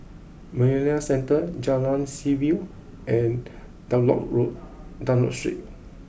Marina Centre Jalan Seaview and Dunlop road Dunlop Street